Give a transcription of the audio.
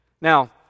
Now